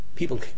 People